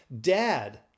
Dad